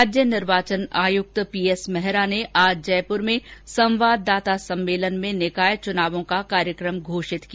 राज्य निर्वाचन आयुक्त पी एस मेहरा ने आज जयपुर में संवाददाता सम्मेलन में निकाय चनावों का कार्यक्रम घोषित किया